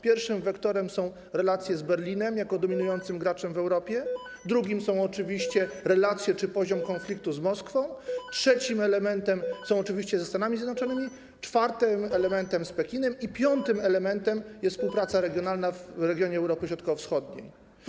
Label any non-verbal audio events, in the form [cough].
Pierwszym wektorem są relacje z Berlinem jako dominującym graczem w Europie, drugim są oczywiście [noise] relacje czy poziom konfliktu z Moskwą, trzecim elementem są relacje ze Stanami Zjednoczonymi, czwartym elementem są relacje z Pekinem i piątym elementem jest współpraca regionalna w regionie Europy Środkowo-Wschodniej.